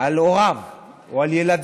על הוריו או על ילדיו